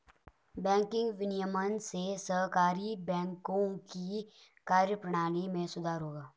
banking विनियमन से सहकारी बैंकों की कार्यप्रणाली में सुधार होगा